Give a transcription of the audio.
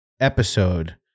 episode